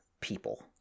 people